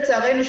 לצערנו,